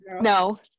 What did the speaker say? No